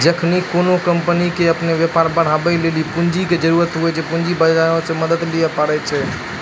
जखनि कोनो कंपनी के अपनो व्यापार बढ़ाबै लेली पूंजी के जरुरत होय छै, पूंजी बजारो से मदत लिये पाड़ै छै